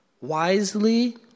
wisely